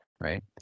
right